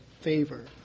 favor